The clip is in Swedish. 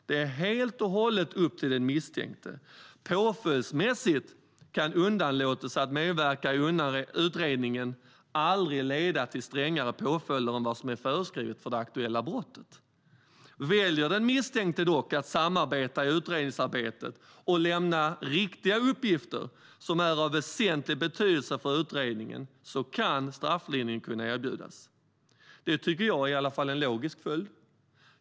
Det är helt och hållet upp till den misstänkte. Påföljdsmässigt kan underlåtelse att medverka i utredning aldrig leda till strängare påföljder än vad som är föreskrivet för det aktuella brottet. Väljer den misstänkte dock att samarbeta i utredningsarbetet och lämna riktiga uppgifter som är av väsentlig betydelse för utredningen ska strafflindring kunna erbjudas. Det tycker i alla fall jag är en logisk följd.